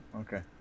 Okay